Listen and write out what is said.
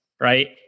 right